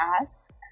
ask